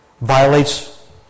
violates